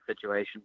situation